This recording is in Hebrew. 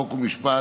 חוק ומשפט,